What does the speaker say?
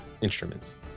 instruments